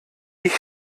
ich